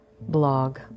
blog